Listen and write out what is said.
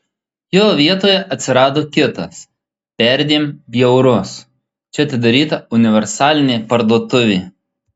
jo vietoje atsirado kitas perdėm bjaurus čia atidaryta universalinė parduotuvė